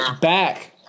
back